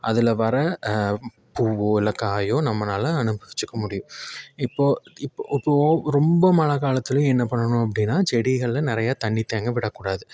அதில் வர பூவோ இல்லை காயோ நம்மனாலே அனுபவிச்சுக்க முடியும் இப்போது இப்போ இப்போ ரொம்ப மழைக்காலத்துலையும் என்ன பண்ணணும் அப்படின்னா செடிகளில் நிறைய தண்ணீர் தேங்க விடக்கூடாது